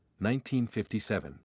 1957